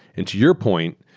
and to your point,